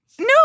No